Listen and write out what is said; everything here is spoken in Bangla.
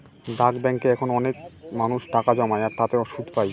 ডাক ব্যাঙ্কে এখন অনেক মানুষ টাকা জমায় আর তাতে সুদ পাই